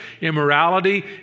Immorality